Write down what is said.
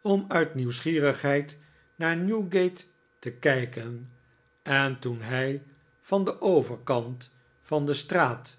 om uit nieuwsgierigheid naar newgate te kijken en toen hij van den overkant van de straat